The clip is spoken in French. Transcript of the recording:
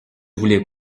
voulez